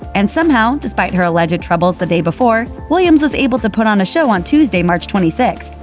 and somehow, despite her alleged troubles the day before, williams was able to put on a show on tuesday, march twenty sixth,